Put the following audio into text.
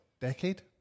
decade